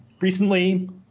recently